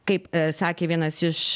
kaip sakė vienas iš